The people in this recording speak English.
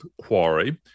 quarry